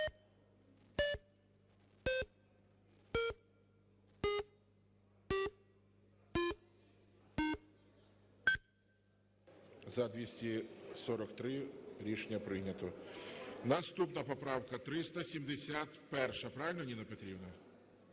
За-243 Рішення прийнято. Наступна поправка 371, правильно, Ніна Петрівна?